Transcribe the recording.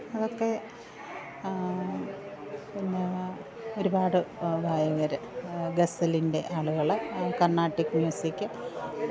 അതൊക്കെ പിന്നെ ഒരുപാട് ഗായകര് ഗസലിൻ്റെ ആളുകള് കർണാട്ടിക് മ്യൂസിക്